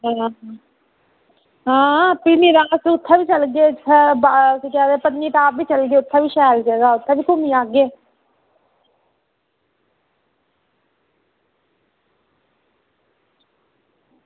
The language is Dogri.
आं ते भी उत्थें बी चलगे पत्नीटॉप बी चलगे उत्थें बी शैल जगह उत्थें भी घुम्मी आह्गे